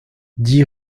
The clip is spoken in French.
dix